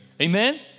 Amen